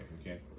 okay